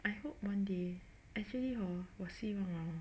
I hope one day actually hor 我希望 hor